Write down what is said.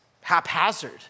haphazard